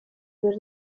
per